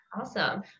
awesome